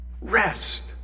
rest